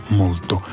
molto